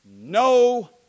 No